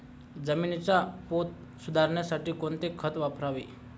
जमिनीचा पोत सुधारण्यासाठी कोणते खत वापरावे?